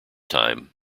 time